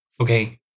Okay